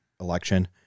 election